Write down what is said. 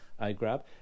iGrab